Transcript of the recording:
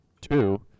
two